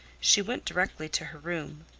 she went directly to her room.